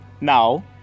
Now